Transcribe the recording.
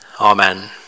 Amen